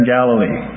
Galilee